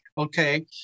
Okay